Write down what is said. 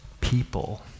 people